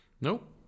Nope